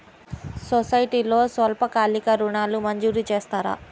సొసైటీలో స్వల్పకాలిక ఋణాలు మంజూరు చేస్తారా?